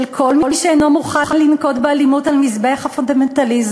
של כל מי שאינו מוכן לנקוט אלימות על מזבח הפונדמנטליזם,